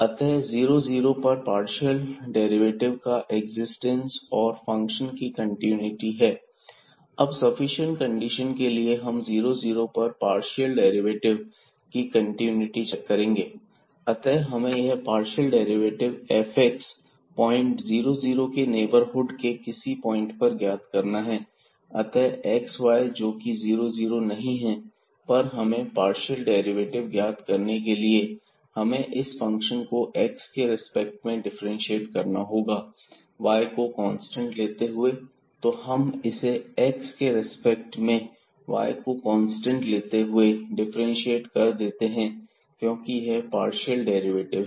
अतः 00 पर partial derivative का एक्जिस्टेंस और फंक्शन की कंटिन्यूटी है अब सफिशिएंट कंडीशन के लिए हम 00 पर इस पार्शियल डेरिवेटिव की कंटीन्यूटी चेक करेंगे अतः हमें यह पार्शियल डेरिवेटिव fx पॉइंट 00 के नेबर हुड के किसी पॉइंट पर ज्ञात करना है अतः xy जोकि 00 नहीं है पर हमें पार्शियल डेरिवेटिव ज्ञात करने के लिए हमें इस फंक्शन को x के रिस्पेक्ट में डिफरेंशिएट करना होगा y को कांस्टेंट लेते हुए तो हम इसे x के रेस्पेक्ट में y को कांस्टेंट लेते हुए डिफरेंशिएट कर देते हैं क्योंकि यह पार्शियल डेरिवेटिव है